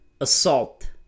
assault